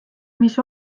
mis